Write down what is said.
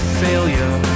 failure